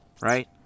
right